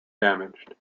damaged